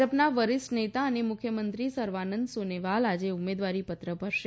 ભાજપના વરિષ્ઠ નેતા અને મુખ્યમંત્રી સર્વાનંદ સોનોવાલ આજે ઉમેદવારી પત્ર ભરશે